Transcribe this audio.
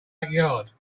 backyard